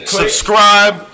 subscribe